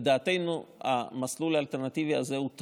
לדעתנו המסלול האלטרנטיבי הזה הוא טעות,